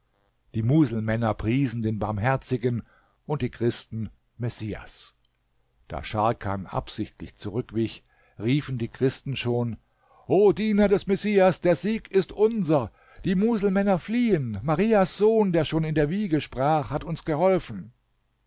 die muselmänner priesen den barmherzigen und die christen messias da scharkan absichtlich zurückwich riefen die christen schon o diener des messias der sieg ist unser die muselmänner fliehen marias sohn der schon in der wiege sprach hat uns geholfen